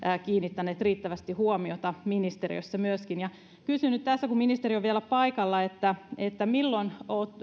kiinnittäneet riittävästi huomiota ministeriössä myöskin kysyn nyt tässä kun ministeri on vielä paikalla milloin